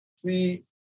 three